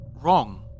...wrong